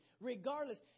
Regardless